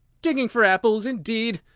digging for apples, indeed!